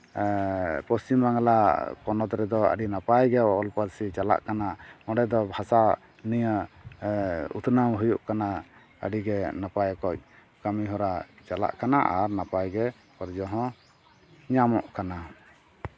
ᱯᱚᱥᱪᱤᱱ ᱵᱟᱝᱞᱟ ᱯᱚᱱᱚᱛ ᱨᱮᱫᱚ ᱟᱹᱰᱤ ᱱᱟᱯᱟᱭᱜᱮ ᱚᱞ ᱯᱟᱹᱨᱥᱤ ᱪᱟᱞᱟᱜ ᱠᱟᱱᱟ ᱚᱸᱰᱮ ᱫᱚ ᱵᱷᱟᱥᱟ ᱱᱤᱭᱮ ᱩᱛᱱᱟᱹᱣ ᱦᱩᱭᱩᱜ ᱠᱟᱱᱟ ᱟᱹᱰᱤᱜᱮ ᱱᱟᱯᱟᱭ ᱚᱠᱚᱡᱽ ᱠᱟᱹᱢᱤᱦᱚᱨᱟ ᱪᱟᱞᱟᱜ ᱠᱟᱱᱟ ᱟᱨ ᱱᱟᱯᱟᱭᱜᱮ ᱚᱨᱡᱚᱦᱚᱸ ᱧᱟᱢᱚᱜ ᱠᱟᱱᱟ